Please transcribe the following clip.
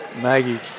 Maggie